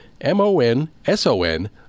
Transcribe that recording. M-O-N-S-O-N